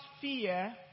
fear